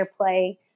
airplay